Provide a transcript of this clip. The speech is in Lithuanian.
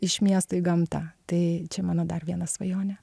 iš miesto į gamtą tai čia mano dar viena svajonė